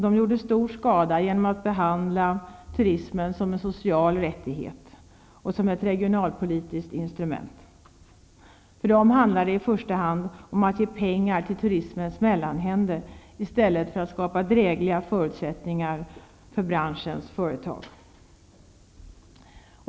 De gjorde stor skada genom att behandla turismen som en social rättighet och som ett regionalpolitiskt instrument. För dem handlade det i första hand om att ge pengar till turismens mellanhänder i stället för att skapa drägliga förutsättningar för branschens företag.